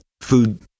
food